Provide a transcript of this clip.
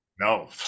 no